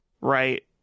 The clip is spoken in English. right